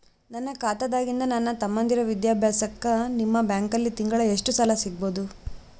ನನ್ನ ಖಾತಾದಾಗಿಂದ ನನ್ನ ತಮ್ಮಂದಿರ ವಿದ್ಯಾಭ್ಯಾಸಕ್ಕ ನಿಮ್ಮ ಬ್ಯಾಂಕಲ್ಲಿ ತಿಂಗಳ ಎಷ್ಟು ಸಾಲ ಸಿಗಬಹುದು?